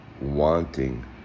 wanting